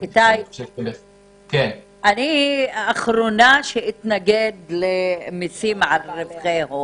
איתי, אני האחרונה שאתנגד למיסים על רווחי הון,